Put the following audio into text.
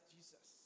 Jesus